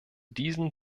diesen